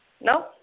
No